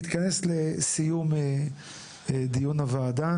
בעניין של חופשות ופולחן הדת: